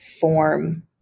form